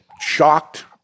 shocked